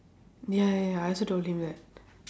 ya ya ya I also told him that